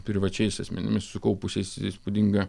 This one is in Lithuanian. privačiais asmenimis sukaupusiais įspūdingą